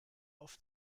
auf